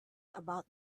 about